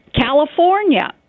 California